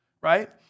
right